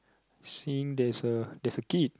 seeing there's a there's a kid